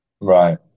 Right